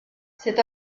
c’est